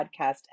podcast